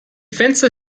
fenster